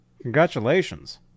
Congratulations